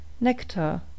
Nectar